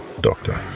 Doctor